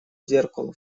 зеркалу